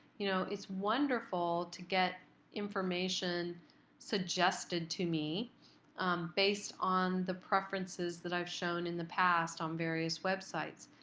you know it's wonderful to get information suggested to me based on the preferences that i've shown in the past on various websites.